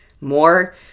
More